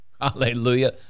Hallelujah